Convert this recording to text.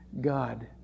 God